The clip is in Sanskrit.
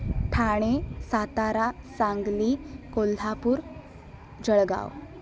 ठाणे सातारा सांगलि कोल्हापूर जोळगाव्